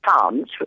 pounds